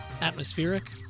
Atmospheric